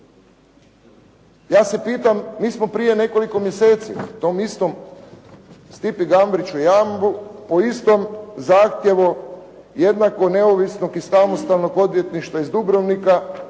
ja se pitam mi smo prije nekoliko mjeseci tom istom Stipi Gabriću Jumbu po istom zahtjevu jednako neovisnog i samostalnog odvjetništva iz Dubrovnika